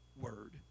word